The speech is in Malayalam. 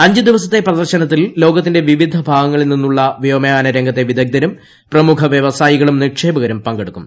അഞ്ച് ദിവസത്തെ പ്രദർശനത്തിൽ ലോകത്തിന്റെ വിവിധ ഭാഗങ്ങളിൽ നിന്നുള്ള വ്യോമയാനരംഗത്തെ വിദഗ്ധരും പ്രമുഖ വൃവസായികളും നിക്ഷേപകരും പങ്കെടുക്കും